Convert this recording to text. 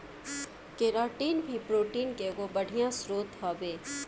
keratin भी protein के एगो बढ़िया स्रोत हवे